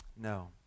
No